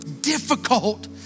difficult